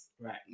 right